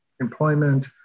employment